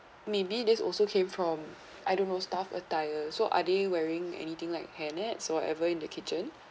maybe these also came from I don't know staff attire so are they wearing anything like hair nets so whatever in the kitchen